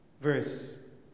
verse